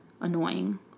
annoying